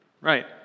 Right